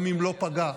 גם אם לא פגע,